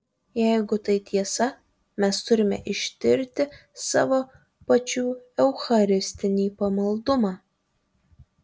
jeigu tai tiesa mes turime ištirti savo pačių eucharistinį pamaldumą